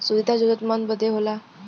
सुविधा जरूरतमन्द बदे होला